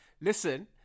Listen